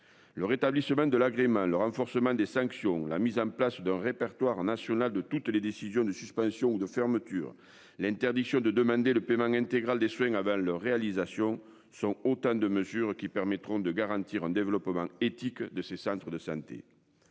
Le rétablissement de l'agrément le renforcement des sanctions, la mise en place d'un répertoire national de toutes les décisions de suspension ou de fermeture. L'interdiction de demander le paiement intégral des soins avant leur réalisation sont autant de mesures qui permettront de garantir un développement éthique de ces centres de santé.